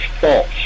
false